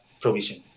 provision